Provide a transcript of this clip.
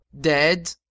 Dead